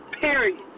Period